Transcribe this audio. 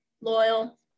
Loyal